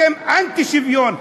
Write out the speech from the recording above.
אתם אנטי-שוויון,